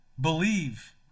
Believe